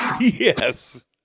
Yes